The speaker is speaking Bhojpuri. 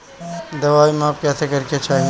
दवाई माप कैसे करेके चाही?